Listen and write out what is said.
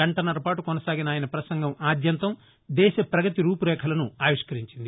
గంటన్నరపాటు కొనసాగిన ఆయన ప్రసంగం ఆద్యంతం దేశ ప్రగతి రూపురేఖలను ఆవిష్కరించింది